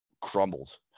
crumbled